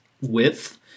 Width